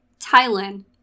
Thailand